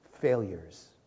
failures